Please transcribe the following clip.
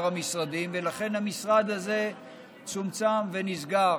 המשרדים ולכן המשרד הזה צומצם ונסגר,